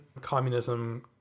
communism